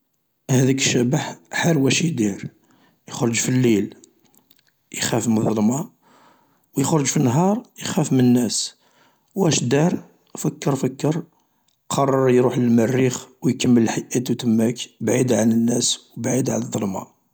هاذاك الشبح حار واش يدير، يخرج في الليل يخرج من الظلمة و يخرج في النهار يخاف من الناس، واش دار، فكر فكر قرر يروح للمريخ و يكمل حياتو تماك بعيد عن الناس بعيد عن الظلمة.